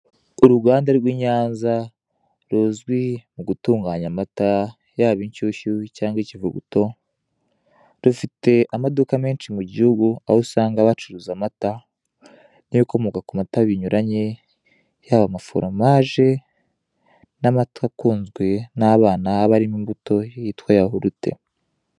Uruganda rw'i Nyanza ruzwi mu gutunganya amata, yaba inshyushyu cyangwa ikivuguto, rufite amaduka menshi mu gihugu aho usanga bacuruza amata n'ibikomoka ku mata binyuranye, yaba amaforomaje n'amata akunzwe n'abana aba arimo imbuto yitwa yahurute.